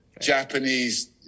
Japanese